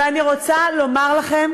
ואני רוצה לומר לכם